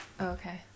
Okay